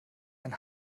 ein